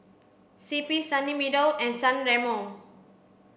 C P Sunny Meadow and San Remo